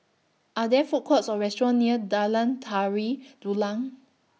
Are There Food Courts Or restaurants near Jalan Tari Dulang